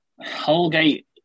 Holgate